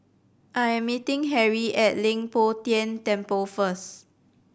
I am meeting Harrie at Leng Poh Tian Temple first